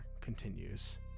continues